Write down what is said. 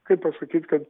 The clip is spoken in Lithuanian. kaip pasakyti kad